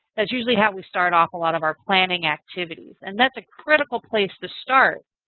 that's usually how we start off a lot of our planning activities. and that's a critical place to start.